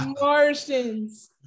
Martians